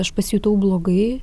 aš pasijutau blogai